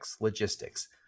Logistics